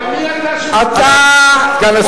אבל מי אתה, סגן השר.